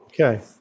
Okay